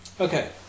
okay